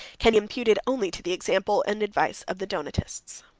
can be imputed only to the example and advice of the donatists.